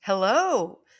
Hello